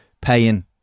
paying